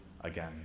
again